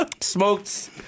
Smoked